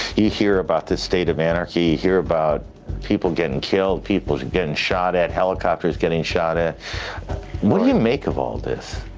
you hear about the state of anarchy. you hear about people getting killed, people getting shot at, helicopters getting shot ah what do you make of all this?